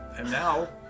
and now,